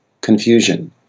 confusion